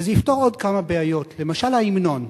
וזה יפתור עוד כמה בעיות, למשל ההמנון.